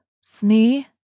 Smee